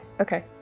okay